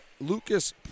Lucas